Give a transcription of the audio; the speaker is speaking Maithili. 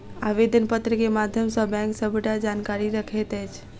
आवेदन पत्र के माध्यम सॅ बैंक सबटा जानकारी रखैत अछि